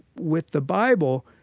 with the bible,